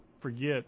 forget